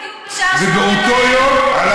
מעניין מאוד למה בדיוק בשעה 20:00. ובאותו יום הלך,